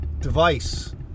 device